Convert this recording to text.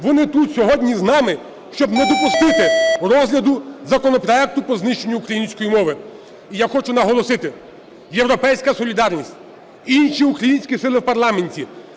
Вони тут сьогодні з нами, щоб не допустити розгляду законопроекту по знищенню української мови. І я хочу наголосити, "Європейська солідарність", інші українські сили в парламенті,